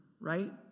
right